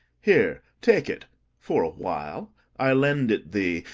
here, take it for a while i lend it thee,